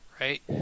right